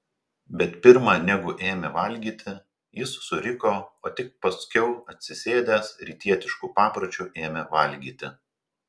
bet pirma negu ėmė valgyti jis suriko o tik paskiau atsisėdęs rytietišku papročiu ėmė valgyti